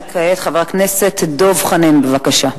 וכעת חבר הכנסת דב חנין, בבקשה.